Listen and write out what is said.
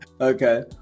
Okay